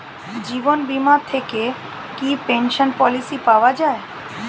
জীবন বীমা থেকে কি পেনশন পলিসি পাওয়া যায়?